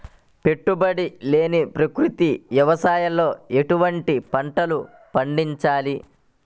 పెట్టుబడి లేని ప్రకృతి వ్యవసాయంలో ఎటువంటి పంటలు పండించాలి?